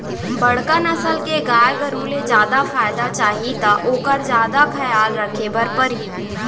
बड़का नसल के गाय गरू ले जादा फायदा चाही त ओकर जादा खयाल राखे बर परही